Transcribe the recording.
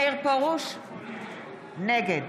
מאיר פרוש, נגד